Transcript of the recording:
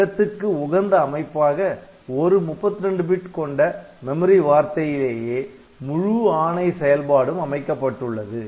இடத்துக்கு உகந்த அமைப்பாக ஒரு 32 பிட் கொண்ட மெமரி வார்த்தையிலேயே முழு ஆணை செயல்பாடும் அமைக்கப்பட்டுள்ளது